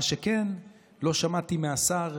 מה שכן, לא שמעתי מהשר,